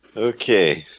okay